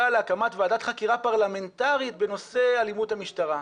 להקמת ועדת חקירה פרלמנטרית בנושא אלימות המשטרה.